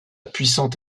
puissante